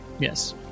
yes